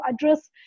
address